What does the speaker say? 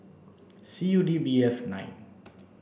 C U D B F nine